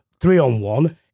three-on-one